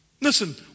Listen